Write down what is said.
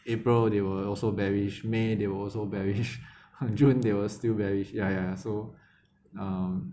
april there were also bearish may there were also bearish june they were still bearish ya ya so um